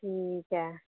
ठीक ऐ